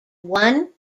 one